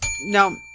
No